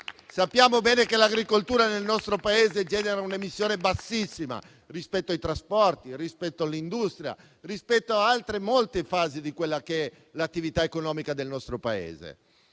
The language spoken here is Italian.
Sappiamo bene che l'agricoltura nel nostro Paese genera un'emissione bassissima rispetto ai trasporti, all'industria e a molte altre fasi dell'attività economica del nostro Paese.